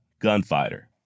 gunfighter